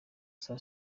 saa